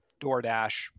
DoorDash